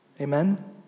Amen